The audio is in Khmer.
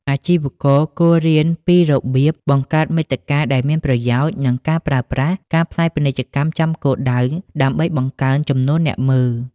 អាជីវករគួររៀនពីរបៀបបង្កើតមាតិកា ដែលមានប្រយោជន៍ និងការប្រើប្រាស់ ការផ្សាយពាណិជ្ជកម្មចំគោលដៅ ដើម្បីបង្កើនចំនួនអ្នកមើល។